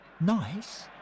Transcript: Nice